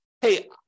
hey